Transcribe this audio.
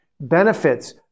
benefits